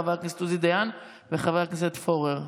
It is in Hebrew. חברת הכנסת עוזי דיין וחבר הכנסת פורר.